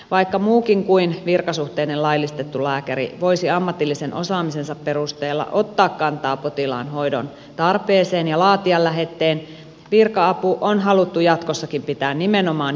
vaikka muukin kuin virkasuhteinen laillistettu lääkäri voisi ammatillisen osaamisensa perusteella ottaa kantaa potilaan hoidon tarpeeseen ja laatia lähetteen virka apu on haluttu jatkossakin pitää nimenomaan julkishallinnon tehtävänä